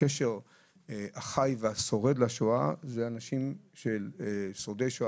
הקשר החי והשורד לשואה זה האנשים שהם שורדי שואה